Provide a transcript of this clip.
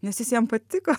nes jis jam patiko